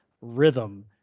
rhythm